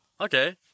okay